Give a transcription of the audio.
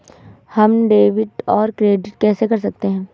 हम डेबिटऔर क्रेडिट कैसे कर सकते हैं?